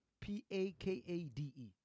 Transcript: P-A-K-A-D-E